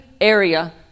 area